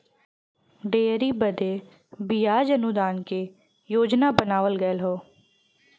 dairy बदे बियाज अनुदान के योजना बनावल गएल हौ